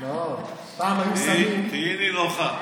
תהיי נינוחה.